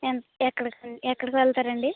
ఎంత్ ఎక్కడిక ఎక్కడికి వెళ్తారండి